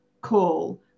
call